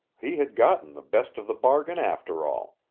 he had gotten the best of the bargain after all.